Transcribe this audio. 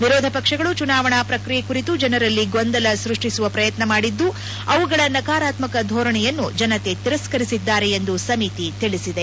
ವಿರೋಧಪಕ್ಷಗಳು ಚುನಾವಣಾ ಪ್ರಕ್ರಿಯೆ ಕುರಿತು ಜನರಲ್ಲಿ ಗೊಂದಲ ಸ್ಬಡ್ಡಿಸುವ ಪ್ರಯತ್ನ ಮಾಡಿದ್ದು ಅವುಗಳ ನಕಾರಾತ್ಮಕ ಧೋರಣೆಯನ್ನು ಜನತೆ ತಿರಸ್ಕರಿಸಿದ್ದಾರೆ ಎಂದು ಸಮಿತಿ ತಿಳಿಸಿದೆ